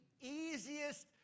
easiest